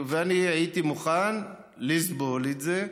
אני הייתי מוכן לסבול מזה,